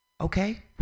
Okay